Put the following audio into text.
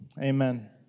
amen